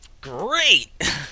great